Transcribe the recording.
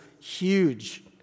huge